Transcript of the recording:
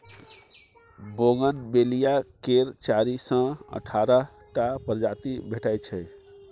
bougainvillea केर चारि सँ अठारह टा प्रजाति भेटै छै